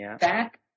back